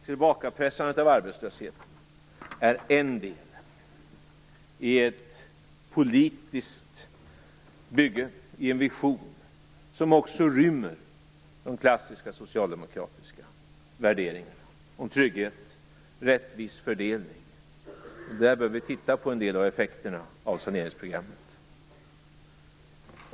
Tillbakapressandet av arbetslösheten är en del i ett politiskt bygge, i en vision, som också rymmer de klassiska socialdemokratiska värderingarna om trygghet, rättvis fördelning och solidaritet. Där bör vi titta på en del av effekterna av saneringsprogrammet.